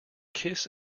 kiss